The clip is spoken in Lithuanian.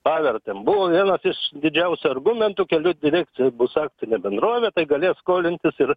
pavertėm buvo vienas iš didžiausių argumentų kelių direkcija bus akcinė bendrovė tai galės skolintis ir